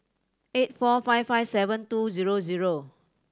eight four five five seven two zero zero